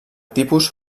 tipus